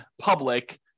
public